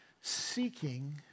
seeking